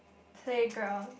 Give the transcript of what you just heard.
playground